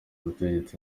ubutegetsi